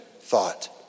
thought